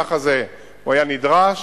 שהמהלך הזה היה נדרש,